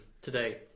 today